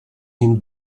him